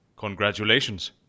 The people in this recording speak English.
Congratulations